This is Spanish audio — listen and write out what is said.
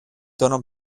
tono